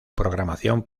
programación